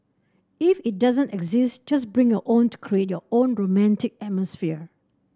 if it doesn't exist just bring your own to create your own romantic atmosphere